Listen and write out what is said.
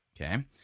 Okay